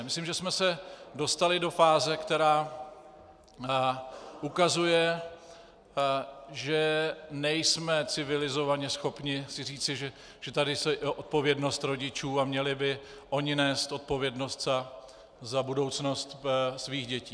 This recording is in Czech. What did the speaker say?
Myslím, že jsme se dostali do fáze, která ukazuje, že nejsme civilizovaně schopni si říci, že tady je odpovědnost rodičů a měli by oni nést odpovědnost za budoucnost svých dětí.